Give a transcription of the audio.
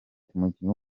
umukinnyi